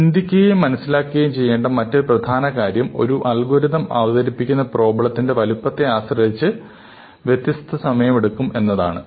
ചിന്തിക്കുകയും മനസ്സിലാക്കുകയും ചെയ്യേണ്ട മറ്റൊരു പ്രധാന കാര്യം ഒരു അൽഗോരിതം അതവതരിപ്പിക്കുന്ന പ്രോബ്ലത്തിന്റെ വലുപ്പത്തെ ആശ്രയിച്ച് വ്യത്യസ്ത സമയം എടുക്കും എന്നതാണ്